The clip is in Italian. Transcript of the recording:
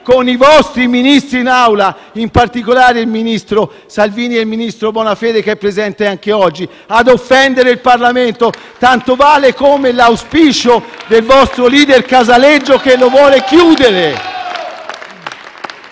con i vostri Ministri in Aula, in particolare con il ministro Salvini e il ministro Bonafede, che è presente anche oggi, ad offendere il Parlamento. Tanto vale l'auspicio del vostro *leader* Casaleggio, che lo vuole chiudere.